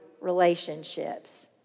relationships